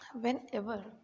whenever